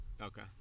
Okay